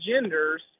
genders